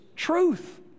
truth